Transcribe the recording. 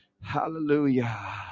Hallelujah